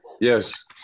Yes